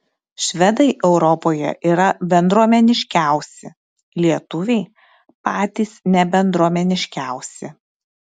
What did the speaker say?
švedai europoje yra bendruomeniškiausi lietuviai patys nebendruomeniškiausi